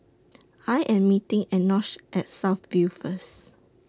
I Am meeting Enoch At South View First